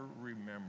remember